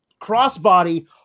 crossbody